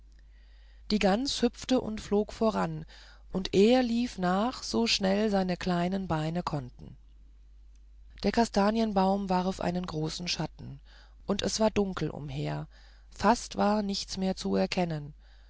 die gans hüpfte und flog voran und er lief nach so schnell seine kleinen beine konnten der kastanienbaum warf einen großen schatten und es war dunkel umher fast war nichts mehr zu erkennen